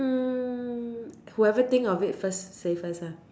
mm whoever think of it first say first lah